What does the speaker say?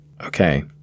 Okay